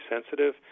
sensitive